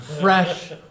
fresh